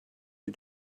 you